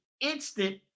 instant